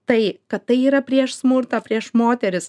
tai kad tai yra prieš smurtą prieš moteris